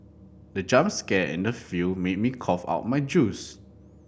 the jump scare in the film made me cough out my juice